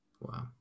Wow